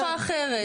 חלופה אחרת.